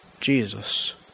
Jesus